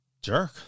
jerk